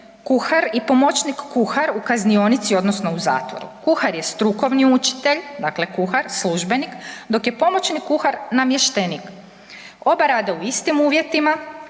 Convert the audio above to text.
kuhar i pomoćnik kuhar u kaznionici odnosno u zatvoru, kuhar je strukovni učitelj, dakle kuhar službenik, dok je pomoćni kuhar namještenik. Oba rade u istim uvjetima,